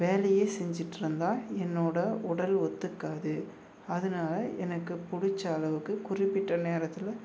வேலையையே செஞ்சிட்டுருந்தா என்னோட உடல் ஒத்துக்காது அதனால எனக்குப் பிடிச்ச அளவுக்கு குறிப்பிட்ட நேரத்தில்